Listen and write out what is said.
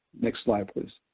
next slide please.